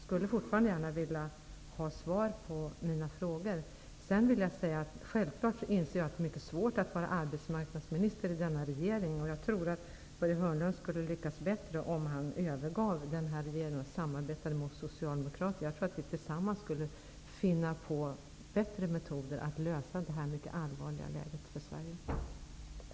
Jag är fortfarande intresserad av svar på mina frågor. Självfallet inser jag att det är mycket svårt att vara arbetsmarknadsminister i den nuvarande regeringen. Jag tror att Börje Hörnlund skulle lyckas bättre om han övergav regeringen och i stället samarbetade med oss socialdemokrater. Tillsammans skulle vi nog finna bättre metoder när det gäller att lösa nuvarande mycket allvarliga läge för Sverige.